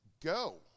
Go